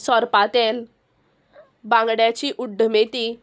सोरपातेल बांगड्यांची उड्डमेती